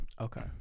Okay